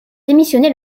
démissionné